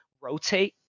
rotate